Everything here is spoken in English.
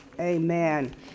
Amen